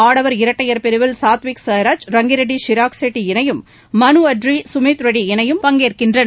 ஆடவர் இரட்டையர் பிரிவில் சாத்விக் சாய்ராஜ் ரங்கிரெட்டி சீராக் ஷெட்டி இனையும் மனு அட்ரி சுமீத் ரெட்டி இணையும் பங்கேற்கின்றன